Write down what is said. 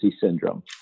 syndrome